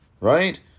right